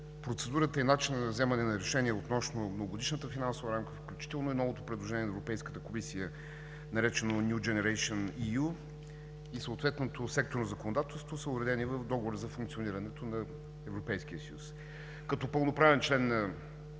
процедурата и начинът на вземане на решение относно Многогодишната финансова рамка, включително и новото предложение на Европейската комисия, наречено New Generation EU, и съответното секторно законодателство, са уредени в Договора за функционирането на Европейския съюз. Като пълноправен член на